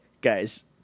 guys